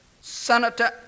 senator